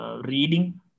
reading